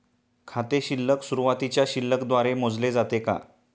खाते शिल्लक सुरुवातीच्या शिल्लक द्वारे मोजले जाते का?